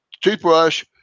toothbrush